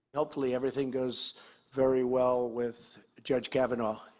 hopefully, everything goes very well with judge kavanaugh.